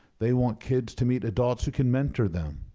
they want kids to meet adults who can mentor them.